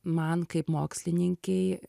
man kaip mokslininkei